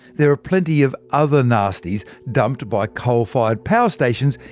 there are plenty of other nasties dumped by coal-fired power stations,